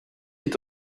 est